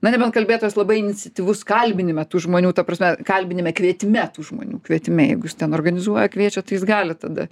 na nebent kalbėtojas labai iniciatyvus kalbinime tų žmonių ta prasme kalbiniame kvietime tų žmonių kvietime jeigu jis ten organizuoja kviečia tai jis gali tada